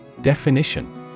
Definition